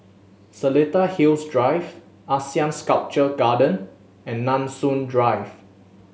Seletar Hills Drive ASEAN Sculpture Garden and Nanson Drive